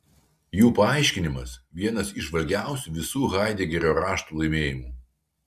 jų paaiškinimas vienas įžvalgiausių visų haidegerio raštų laimėjimų